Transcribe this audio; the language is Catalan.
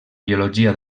biologia